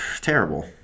terrible